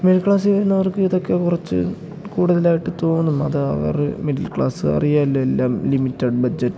middle ക്ലാസ്സിൽ വരുന്നവർക്ക് ഇതൊക്കെ കുറച്ച് കൂടുതലായിട്ട് തോന്നും അത് അവർ മിഡിൽ ക്ലാസ്സ് അറിയാമല്ലോ എല്ലാം ലിമിറ്റഡ് ബഡ്ജറ്റ്